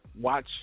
watch